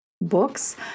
books